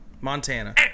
Montana